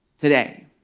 Today